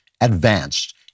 Advanced